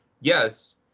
yes